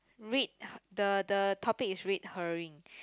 read the the topic is red herring